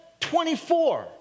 24